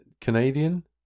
canadian